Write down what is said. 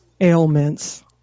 ailments